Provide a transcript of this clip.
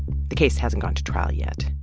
the case hasn't gone to trial yet.